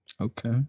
Okay